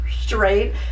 straight